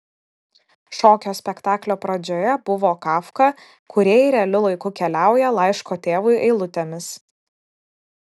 šokio spektaklio pradžioje buvo kafka kūrėjai realiu laiku keliauja laiško tėvui eilutėmis